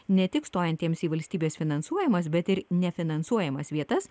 ne tik stojantiems į valstybės finansuojamas bet ir nefinansuojamas vietas